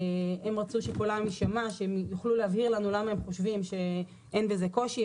הם רצו שקולם ישמע שהם יוכלו להבהיר לנו למה הם חושבים שאין בזה קושי.